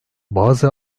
bazı